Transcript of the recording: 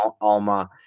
alma